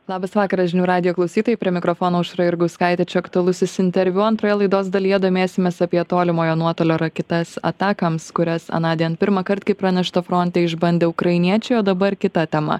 labas vakaras žinių radijo klausytojai prie mikrofono aušra jurgauskaitė čia aktualusis interviu antroje laidos dalyje domėsimės apie tolimojo nuotolio raketas atakoms kurias anądien pirmąkart kaip pranešta fronte išbandė ukrainiečiai o dabar kita tema